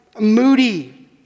moody